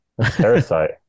Parasite